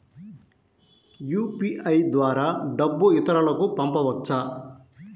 UPI ద్వారా డబ్బు ఇతరులకు పంపవచ్చ?